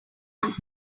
want